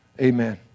Amen